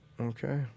Okay